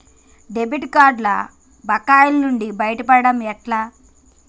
Credit కార్డుల బకాయిల నుండి బయటపడటం ఎట్లా?